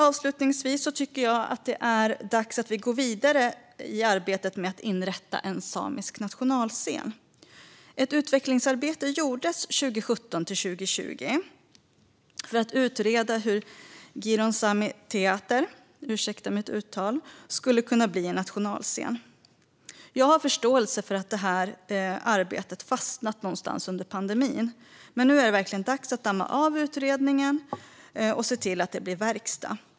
Avslutningsvis tycker jag att det är dags att vi går vidare i arbetet med att inrätta en samisk nationalscen. Ett utvecklingsarbete gjordes 2017-2020 för att utreda hur Giron Sámi Teáhter skulle kunna bli en nationalscen. Jag har förståelse för att det här arbetet fastnat någonstans under pandemin, men nu är det verkligen dags att damma av utredningen och se till att det blir verkstad.